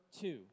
two